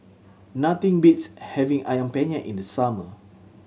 nothing beats having Ayam Penyet in the summer